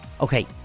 Okay